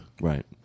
Right